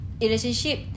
relationship